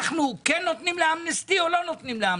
אנחנו כן נותנים לאמנסטי או לא נותנים לה?